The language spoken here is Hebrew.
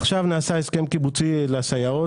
עכשיו נעשה הסכם קיבוצי לסייעות,